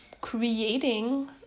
creating